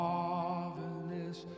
Marvelous